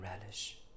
relish